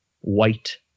white